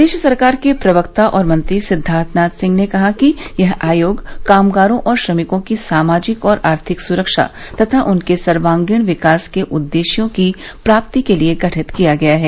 प्रदेश सरकार के प्रवक्ता और मंत्री सिद्धार्थनाथ सिंह ने कहा कि यह आयोग कामगारों और श्रमिकों की सामाजिक और आर्थिक सुरक्षा तथा उनके सर्वागीण विकास के उद्देश्यों की प्राप्ति के लिये गठित किया गया है